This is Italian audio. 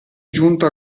giunto